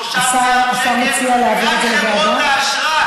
3 מיליארד שקל, רק מחברות האשראי.